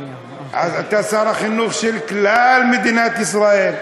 אתה שר החינוך של כלל מדינת ישראל,